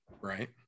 Right